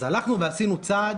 אז עשינו צעד